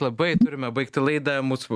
labai turime baigti laidą mūsų